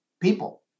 people